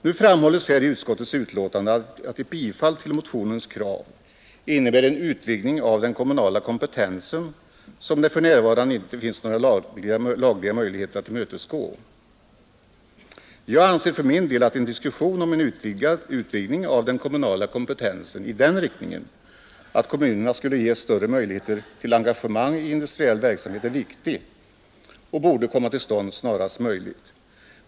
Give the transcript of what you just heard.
Nu framhäålles i utskottets betänkande att ett bifall till motionens krav innebär en utvidgning av den kommunala kompetensen, som det för närvarande inte finns några lagliga möjligheter att tillmötesgå. Jag anser för min del att en diskussion om en utvidgning av den kommunala kompetensen i den riktningen att kommunerna skulle ges större möjligheter till engagemang i industriell verksamhet är viktig och borde komma till stånd snarast möjligt.